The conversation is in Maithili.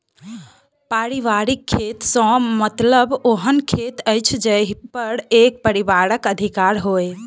पारिवारिक खेत सॅ मतलब ओहन खेत अछि जाहि पर एक परिवारक अधिकार होय